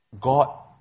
God